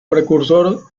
precursor